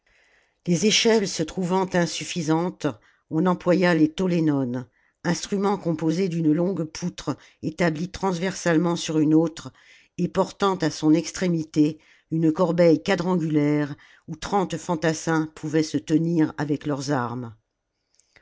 les échelles se trouvant insuffisantes on employa les tollénones instruments composés d'une longue poutre étabhe transversalement sur une autre et portant à son extrémité une corbeille quadrangulaire où trente fantassins pouvaient se tenir avec leurs armes